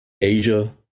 Asia